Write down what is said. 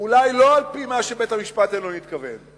אולי לא על-פי מה שבית-המשפט העליון התכוון,